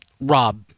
rob